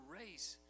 race